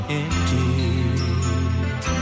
empty